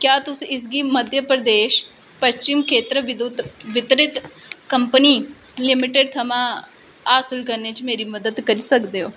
क्या तुस इसगी मध्य प्रदेश पश्चिम खेतर विद्युत वितरण कंपनी लिमिटेड थमां हासल करने च मेरी मदद करी सकदे ओ